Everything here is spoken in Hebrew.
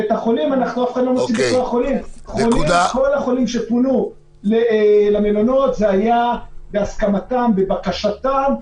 כל החולים שפונו למלונות, זה נעשה בהסכמתם ולבקשתם